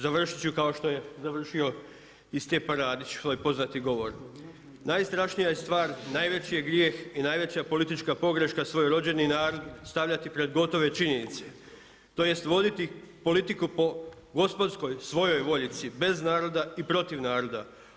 Završiti ću kao što je završio i Stjepan Radić svoj poznati govor: „Najstrašnija je stvar, najveći je grijeh i najveća politička pogreška svoj rođeni narod stavljati pred gotove činjenice, tj. voditi politiku po gospodarskoj, svojoj voljici, bez naroda i protiv naroda.